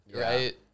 right